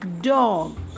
dog